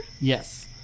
Yes